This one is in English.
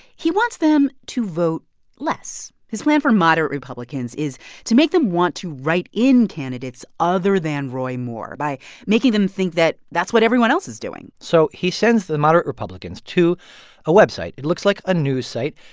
he wants them to vote less. his plan for moderate republicans is to make them want to write in candidates other than roy moore by making them think that that's what everyone else is doing so he sends the moderate republicans to a website. it looks like a news site.